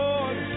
Lord